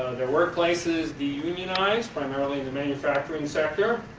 their workplaces de-unionized, primarily in the manufacturing sector,